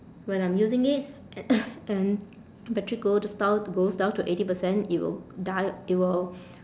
when I'm using it and battery goes down goes down to eighty percent it will die it will